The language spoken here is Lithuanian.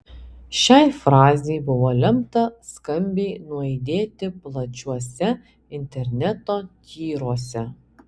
šiai frazei buvo lemta skambiai nuaidėti plačiuose interneto tyruose